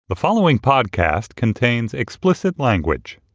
the following podcast contains explicit language